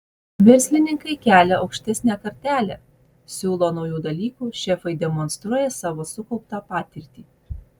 verslininkai kelia aukštesnę kartelę siūlo naujų dalykų šefai demonstruoja savo sukauptą patirtį